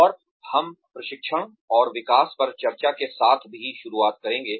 और हम प्रशिक्षण और विकास पर चर्चा के साथ भी शुरुआत करेंगे